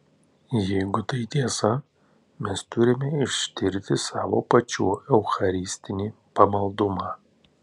jeigu tai tiesa mes turime ištirti savo pačių eucharistinį pamaldumą